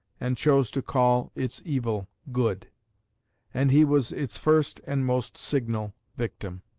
and chose to call its evil good and he was its first and most signal victim.